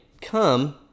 come